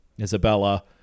Isabella